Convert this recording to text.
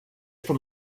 from